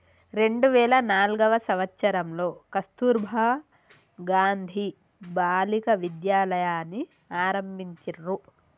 రెండు వేల నాల్గవ సంవచ్చరంలో కస్తుర్బా గాంధీ బాలికా విద్యాలయని ఆరంభించిర్రు